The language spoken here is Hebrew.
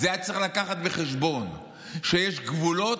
היה צריך לקחת בחשבון שיש גבולות,